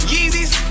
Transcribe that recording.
Yeezys